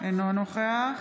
אינו נוכח